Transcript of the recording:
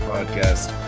Podcast